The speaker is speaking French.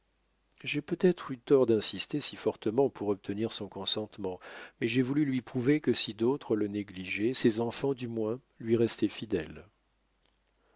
j'ai peut-être eu tort d'insister si fortement pour obtenir son consentement mais j'ai voulu lui prouver que si d'autres le négligeaient ses enfants du moins lui restaient fidèles